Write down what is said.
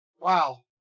Wow